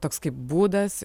toks kaip būdas